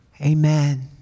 Amen